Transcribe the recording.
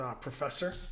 professor